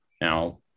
Now